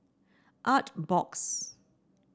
artbox